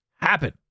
happen